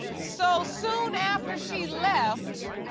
so, soon after she left.